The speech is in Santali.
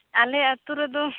ᱟᱞᱮ ᱟᱹᱛᱩ ᱨᱮᱫᱚ